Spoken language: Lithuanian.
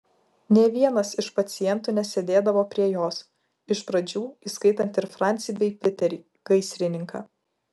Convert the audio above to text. nė vienas iš pacientų nesėdėdavo prie jos iš pradžių įskaitant ir francį bei piterį gaisrininką